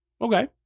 Okay